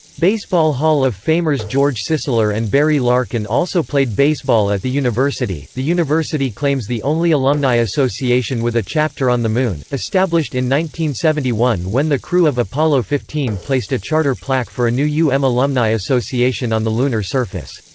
baseball hall of famers george sisler and barry larkin also played baseball at the university the university claims the only alumni association with a chapter on the moon, established in one seventy one when the crew of apollo fifteen placed a charter plaque for a new u m alumni association on the lunar surface.